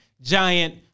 Giant